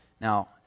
Now